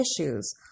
issues